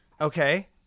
okay